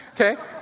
Okay